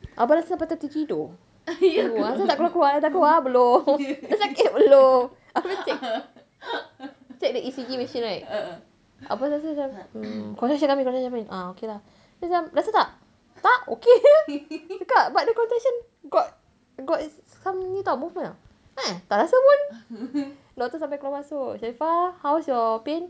abang nasir sampai dah tertidur hmm habis tak keluar-keluar dah keluar belum sakit belum habis check check the E_C_G machine right kakak rasa macam contraction point contraction point hmm okay lah macam rasa tak tak okay jer cakap but the contraction got got some ni [tau] movement ah eh tak rasa pun doctor sampai keluar masuk sharifah how is your pain